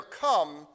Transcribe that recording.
come